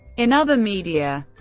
in other media